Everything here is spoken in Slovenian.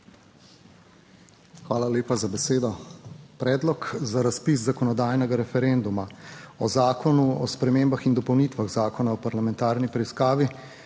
sklepa o nedopustnosti razpisa zakonodajnega referenduma o Zakonu o spremembah in dopolnitvah Zakona o parlamentarni preiskavi,